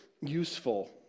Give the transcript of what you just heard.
useful